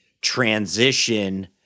transition